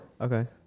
Okay